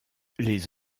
les